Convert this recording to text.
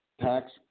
Tax